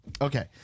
okay